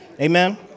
Amen